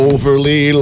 Overly